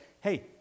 hey